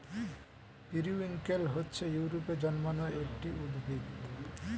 periwinkle হচ্ছে ইউরোপে জন্মানো একটি উদ্ভিদ